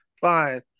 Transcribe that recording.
Fine